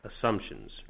assumptions